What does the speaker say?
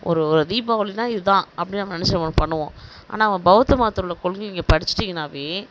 ஒரு ஒரு தீபாவளினால் இதுதான் அப்படி நம்ம நினைச்சு ஒன்று பண்ணுவோம் ஆனால் நம்ம பௌத்த மதத்தில் உள்ள கொள்கைங்கள் படிச்சுட்டிங்கனாவே